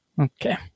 okay